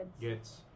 Yes